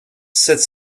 sept